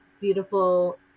beautiful